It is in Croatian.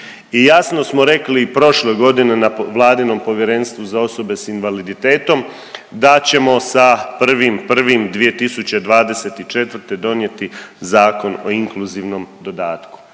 I jasno smo rekli prošle godine na vladinom Povjerenstvu za osobe sa invaliditetom da ćemo sa 1.1.2024. donijeti Zakon o inkluzivnom dodatku.